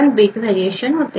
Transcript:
61 bit variation होते